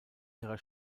ihrer